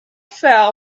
fell